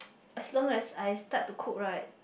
as long as I start to cook right